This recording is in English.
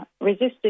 resisted